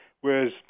Whereas